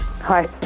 Hi